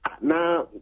Na